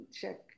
check